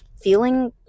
feeling